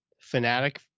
Fanatic